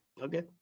Okay